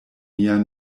mia